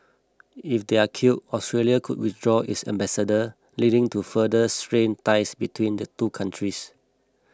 if they are kill Australia could withdraw its ambassador leading to further strained ties between the two countries